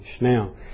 Now